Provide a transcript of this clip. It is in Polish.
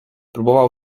próbował